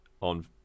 on